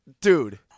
Dude